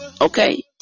Okay